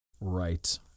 Right